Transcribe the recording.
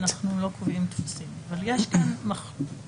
אנחנו לא קובעים טפסים אבל יש כאן הצעה